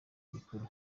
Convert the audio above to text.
mikuru